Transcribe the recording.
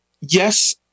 Yes